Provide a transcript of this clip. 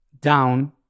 down